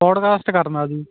podcast ਕਰਨਾ ਸੀ